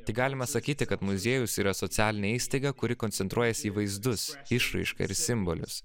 tik galima sakyti kad muziejus yra socialinė įstaiga kuri koncentruojasi į vaizdus išraišką ir simbolius